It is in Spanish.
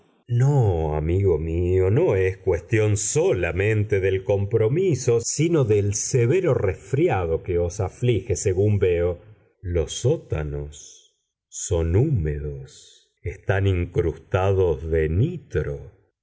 no amigo mío no es cuestión solamente del compromiso sino del severo resfriado que os aflige según veo los sótanos son húmedos están incrustados de nitro